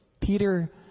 Peter